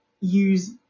use